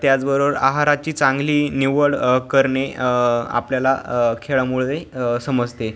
त्याचबरोबर आहाराची चांगली निवड करणे आपल्याला खेळामुळे समजते